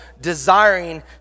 desiring